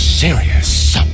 serious